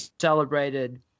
celebrated